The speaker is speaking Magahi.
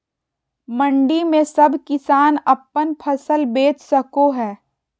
मंडी में सब किसान अपन फसल बेच सको है?